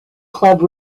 club